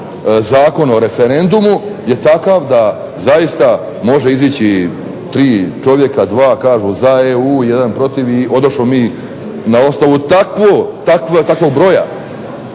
Zakon o referendumu je takav da zaista može izići 3 čovjeka, 2 kažu za EU, 1 protiv i odošmo mi. Na osnovu takvog broja